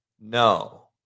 No